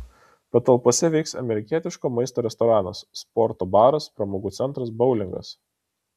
patalpose veiks amerikietiško maisto restoranas sporto baras pramogų centras boulingas